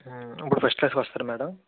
ఇప్పుడు ఫస్ట్ క్లాస్కి వస్తారా మేడం